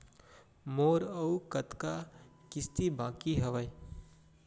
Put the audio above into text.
मोर अऊ कतका किसती बाकी हवय?